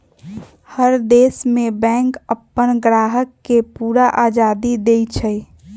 हर देश में बैंक अप्पन ग्राहक के पूरा आजादी देई छई